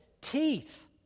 teeth